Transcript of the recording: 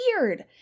weird